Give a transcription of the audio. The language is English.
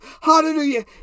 Hallelujah